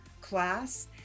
class